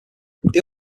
they